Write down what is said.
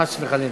חס וחלילה.